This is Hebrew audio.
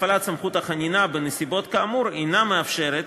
הפעלת סמכות החנינה בנסיבות כאמור אינה מאפשרת